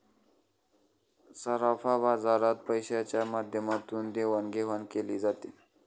सराफा बाजारात पैशाच्या माध्यमातून देवाणघेवाण केली जाते